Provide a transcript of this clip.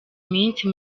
iminsi